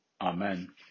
Amen